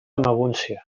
magúncia